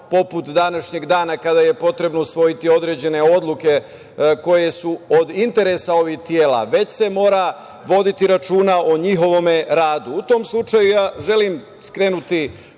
poput današnjeg dana kada je potrebno usvojiti određene odluke koje su od interesa ovih tela, već se mora voditi računa o njihovom radu.U tom slučaju ja želim skrenuti